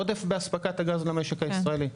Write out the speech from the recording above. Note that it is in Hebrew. עודף באספקת הגז למשק הישראלי.